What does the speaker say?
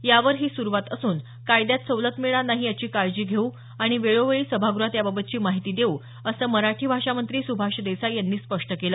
यावर ही सुरुवात असून कायद्यात सवलत मिळणार नाही याची काळजी घेऊ आणि वेळोवेळी सभागृहात याबाबतची माहिती देऊ असं मराठी भाषा मंत्री सुभाष देसाई यांनी स्पष्ट केलं